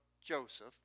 Joseph